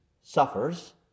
suffers